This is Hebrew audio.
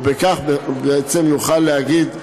ובכך בעצם נוכל להגיד: